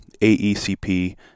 AECP